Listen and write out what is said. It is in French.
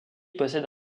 possède